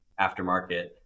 aftermarket